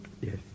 yes